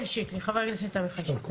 חבר הכנסת עמיחי שיקלי.